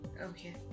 Okay